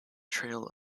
trail